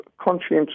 conscientious